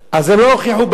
אז הם לא הוכיחו בעלות,